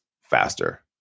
faster